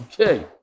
Okay